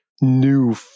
new